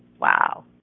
Wow